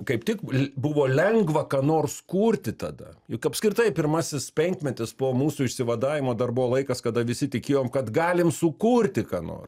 kaip tik le buvo lengva ką nors kurti tada juk apskritai pirmasis penkmetis po mūsų išsivadavimo dar buvo laikas kada visi tikėjom kad galim sukurti ką nor